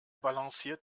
balanciert